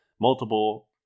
multiple